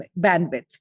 bandwidth